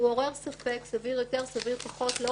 הוא עורר ספק סביר יותר או פחות אני לא